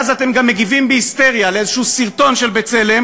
ואז אתם גם מגיבים בהיסטריה על איזה סרטון של "בצלם",